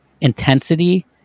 intensity